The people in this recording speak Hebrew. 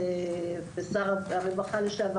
ושר הרווחה לשעבר,